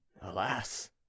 alas